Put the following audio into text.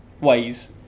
ways